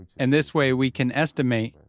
and this way we can estimate,